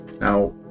Now